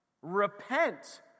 Repent